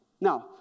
Now